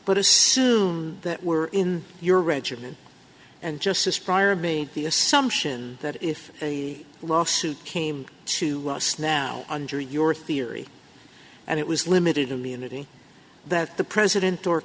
but assume that were in your regiment and just prior me the assumption that if a lawsuit came to us now under your theory and it was limited immunity that the president or